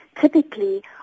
typically